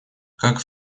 как